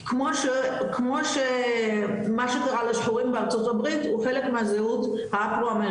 כי כמו מה שקרה לשחורים בארצות הברית הוא חלק המזהות האפרו-אמריקאית,